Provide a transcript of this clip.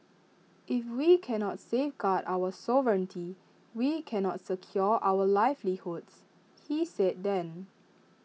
if we can not safeguard our sovereignty we can not secure our livelihoods he said then